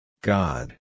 God